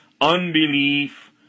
unbelief